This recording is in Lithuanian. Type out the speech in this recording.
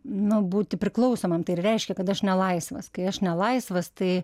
nu būti priklausomam tai ir reiškia kad aš nelaisvas kai aš nelaisvas tai